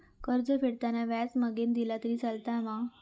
कर्ज फेडताना व्याज मगेन दिला तरी चलात मा?